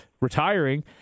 retiring